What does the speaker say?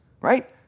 right